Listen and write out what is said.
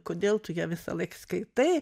kodėl tu ją visąlaik skaitai